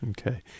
okay